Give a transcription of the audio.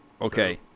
Okay